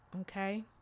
Okay